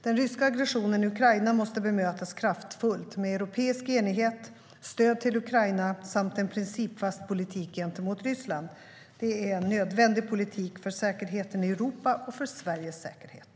Den ryska aggressionen i Ukraina måste bemötas kraftfullt med europeisk enighet, stöd till Ukraina samt en principfast politik gentemot Ryssland. Det är en nödvändig politik för säkerheten i Europa och för Sveriges säkerhet.